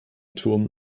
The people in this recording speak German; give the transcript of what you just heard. turm